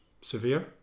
Severe